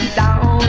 down